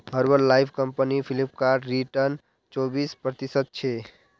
herbal life company Flipkart return चोबीस प्रतिशतछे